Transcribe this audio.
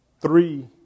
three